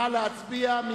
נא להצביע.